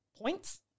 points